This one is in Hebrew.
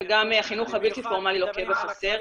וגם החינוך הבלתי-פורמלי לוקה בחסר.